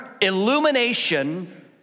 illumination